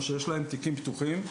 או שיש להם תיקים פתוחים.